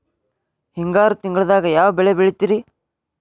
ಹಿಂಗಾರು ತಿಂಗಳದಾಗ ಯಾವ ಬೆಳೆ ಬೆಳಿತಿರಿ?